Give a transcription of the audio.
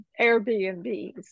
airbnbs